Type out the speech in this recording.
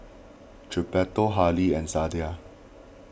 Gilberto Hali and Zelda